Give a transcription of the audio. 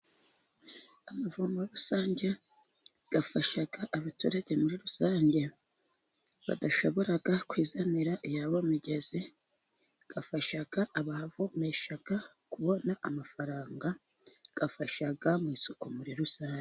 Amavomo rusange afasha abaturage muri rusange badashobora kwizanira iyabo migezi, afasha abavomesha kubona amafaranga afasha mu isuku muri rusange.